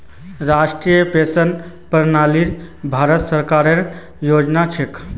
राष्ट्रीय पेंशन प्रणाली भारत सरकारेर योजना छ